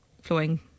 flowing